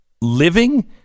living